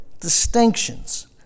distinctions